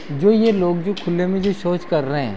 जो ये लोग जो खुले में शौच कर रहे हैं